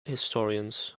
historians